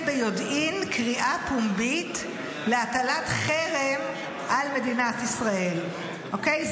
ביודעין קריאה פומבית להטלת חרם על מדינת ישראל אוקיי?